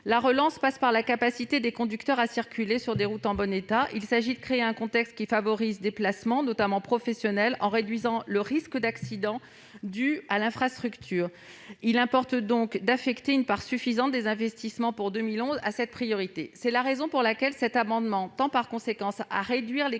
la relance passe par la capacité des conducteurs à circuler sur des routes en bon état. Il s'agit de créer un contexte qui favorise les déplacements, notamment professionnels, en réduisant le risque d'accident dû à l'infrastructure. Il importe donc d'affecter une part suffisante des investissements pour 2021 à cette priorité. C'est la raison pour laquelle cet amendement tend à réduire les